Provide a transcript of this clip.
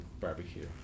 Barbecue